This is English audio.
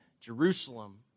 Jerusalem